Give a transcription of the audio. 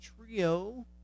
trio